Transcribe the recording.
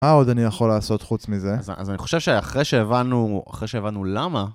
מה עוד אני יכול לעשות חוץ מזה? אז אני חושב שאחרי שהבנו... אחרי שהבנו למה...